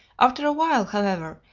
after a while, however,